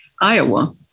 Iowa